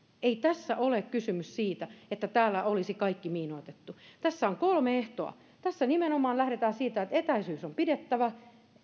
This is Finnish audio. ei tässä ole kysymys siitä että täällä olisi kaikki miinoitettu tässä on kolme ehtoa tässä nimenomaan lähdetään siitä että etäisyys on pidettävä